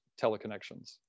teleconnections